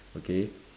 okay